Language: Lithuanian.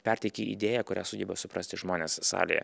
perteikia idėją kurią sugeba suprasti žmones salėje